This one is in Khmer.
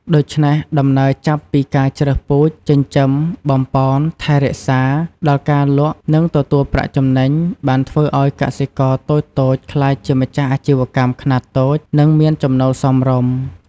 ដូច្នេះ ដំណើរចាប់ពីការជ្រើសពូជ ចិញ្ចឹម បំប៉ន ថែរក្សា ដល់ការលក់និងទទួលប្រាក់ចំណេញ បានធ្វើឲ្យកសិករតូចៗក្លាយជាម្ចាស់អាជីវកម្មខ្នាតតូច និងមានចំណូលសមរម្យ។